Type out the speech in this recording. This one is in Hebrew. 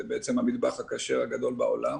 זה בעצם המטבח הכשר הגדול בעולם.